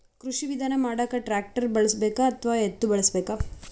ಕೃಷಿ ವಿಧಾನ ಮಾಡಾಕ ಟ್ಟ್ರ್ಯಾಕ್ಟರ್ ಬಳಸಬೇಕ, ಎತ್ತು ಬಳಸಬೇಕ?